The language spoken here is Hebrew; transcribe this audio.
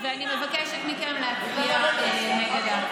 אני מבקשת מכם להצביע נגד ההצעה.